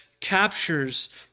captures